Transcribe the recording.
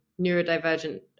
neurodivergent